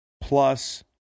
plus